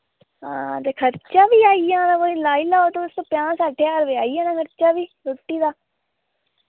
हां ते खर्चा वी आई जाना कोई लाई लाओ तुस पञां सट्ठ ज्हार रपे आई जाना खर्चा फ्ही रुट्टी दा